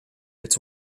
its